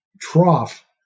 trough